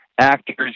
actors